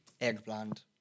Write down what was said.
eggplant